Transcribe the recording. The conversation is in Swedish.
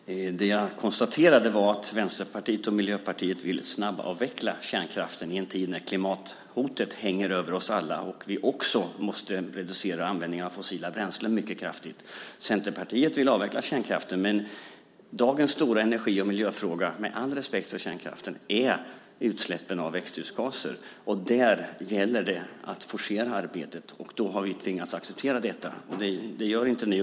Fru talman! Jag konstaterade att Vänsterpartiet och Miljöpartiet vill snabbavveckla kärnkraften i en tid när klimathotet hänger över oss alla och vi också måste reducera användningen av fossila bränslen mycket kraftigt. Centerpartiet vill avveckla kärnkraften, men dagens stora energi och miljöfråga är, med all respekt för kärnkraften, utsläppen av växthusgaser. Där gäller det att forcera arbetet. Då har vi tvingats acceptera detta. Det gör inte ni.